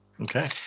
Okay